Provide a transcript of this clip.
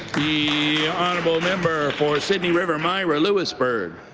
the honorable member for sydney river myra lewisburg.